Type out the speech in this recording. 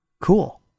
Cool